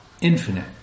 infinite